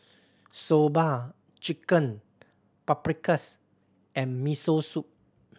Soba Chicken Paprikas and Miso Soup